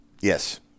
Yes